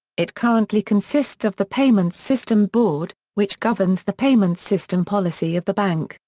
it currently consists of the payments system board, which governs the payments system policy of the bank,